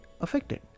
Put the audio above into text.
affected